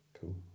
Cool